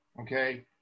okay